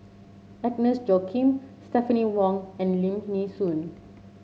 Agnes Joaquim Stephanie Wong and Lim Nee Soon